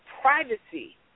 privacy